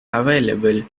available